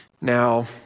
Now